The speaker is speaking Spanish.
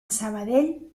sabadell